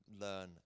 learn